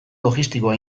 logistikoa